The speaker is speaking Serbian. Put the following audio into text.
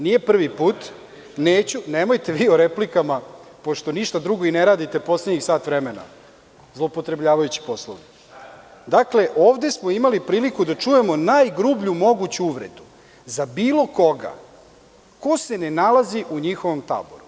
Nije prvi put [[Zoran Babić, s mesta: Da li je ovo replika?]] Nemojte vi o replikama, pošto ništa drugo i ne radite poslednjih sat vremena, zloupotrebljavajući Poslovnik. (Zoran Babić, s mesta: Šta je ovo?) Dakle, ovde smo imali priliku da čujemo najgrublju moguću uvredu za bilo koga ko se ne nalazi u njihovom taboru.